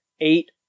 eight